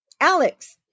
Alex